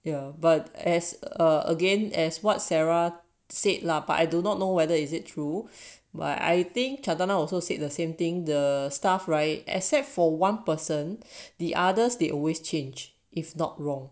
ya but as a again as what sarah said lah but I do not know whether is it true but I think chantana now also said the same thing the staff right except for one person the others they always change if not wrong